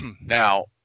Now